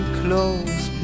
close